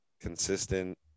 consistent